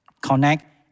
connect